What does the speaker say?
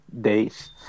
days